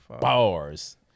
bars